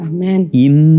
Amen